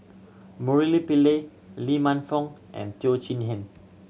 Murali Pillai Lee Man Fong and Teo Chee Hean